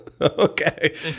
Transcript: Okay